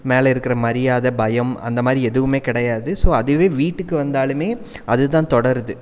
மேல் இருக்கிற மரியாதை பயம் அந்த மாதிரி எதுவுமே கிடையாது ஸோ அதுவே வீட்டுக்கு வந்தாலும் அதுதான் தொடருது